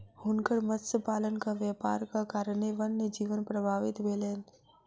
हुनकर मत्स्य पालनक व्यापारक कारणेँ वन्य जीवन प्रभावित भेलैन